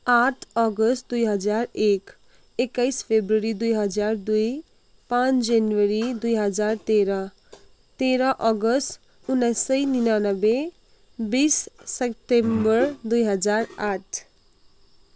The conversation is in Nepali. आठ अगस्त दुइ हजार एक एकाइस फेब्रुअरी दुई हजार दुई पाँच जनवरी दुई हजार तेह्र तेह्र अगस्त उन्नाइस सय निनानब्बे बिस सेप्टेम्बर दुई हजार आठ